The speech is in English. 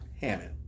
Hammond